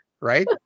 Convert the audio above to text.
right